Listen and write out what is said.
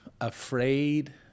afraid